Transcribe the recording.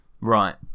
Right